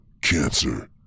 cancer